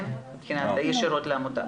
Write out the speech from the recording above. ישירות לעמותה?